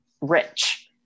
rich